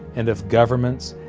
and of governments,